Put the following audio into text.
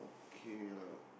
okay lah